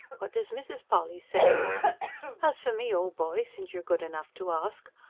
what does mrs. polly say as for me, old boy, since you're good enough to ask,